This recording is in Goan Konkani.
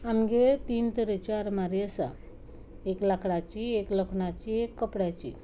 आमगेर तीन तरेच्यो आरमारी आसा एक लांकडाची एक लोखणाची एक कपड्याची